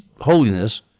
holiness